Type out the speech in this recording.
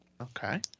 Okay